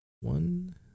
One